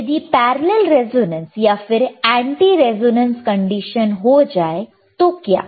यदि parallel resonance या फिर एंटी रेजोनेंस कंडीशन हो जाए तो क्या